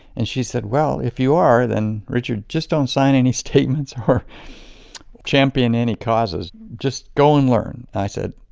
and she said, well, if you are, then richard, just don't sign any statements or champion any causes. just go and learn. i said,